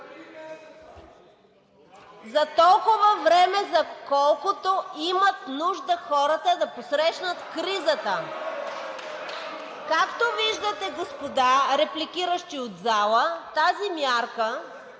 За толкова време, за колкото имат нужда хората да посрещнат кризата. Както виждате, господа репликиращи от залата, тази мярка